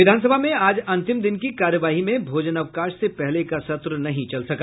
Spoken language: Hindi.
विधान सभा में आज अंतिम दिन की कार्यवाही में भोजनावकाश से पहले का सत्र नहीं चल सका